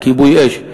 כיבוי אש,